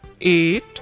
eight